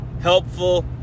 helpful